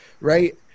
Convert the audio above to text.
Right